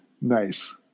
Nice